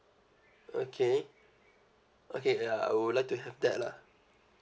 okay okay uh I would like to have that lah